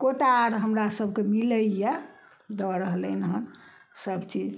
quota आर हमरा सभके मिलैए दऽ रहलैन हन सभचीज